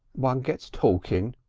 one gets talking,